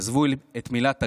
עזבו את מילת הגנאי,